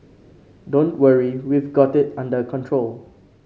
don't worry we've got it under control